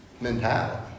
mentality